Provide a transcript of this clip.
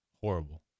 Horrible